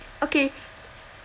okay